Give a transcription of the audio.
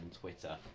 Twitter